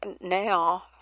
Now